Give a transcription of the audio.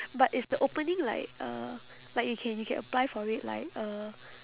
but is the opening like uh like you can you can apply for it like uh